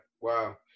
wow